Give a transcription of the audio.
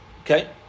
Okay